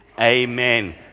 amen